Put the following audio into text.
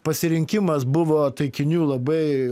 pasirinkimas buvo taikinių labai